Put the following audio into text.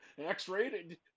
X-rated